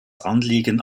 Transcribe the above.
anliegen